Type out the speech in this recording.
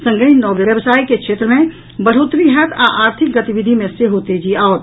संगहि नव व्यवसाय के क्षेत्र मे बढ़ोत्तरी होयत आ आर्थिक गतिविधि मे सेहो तेजी आओत